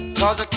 cause